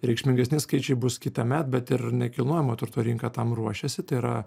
reikšmingesnis skaičiai bus kitąmet bet ir nekilnojamojo turto rinka tam ruošiasi tai yra